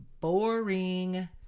Boring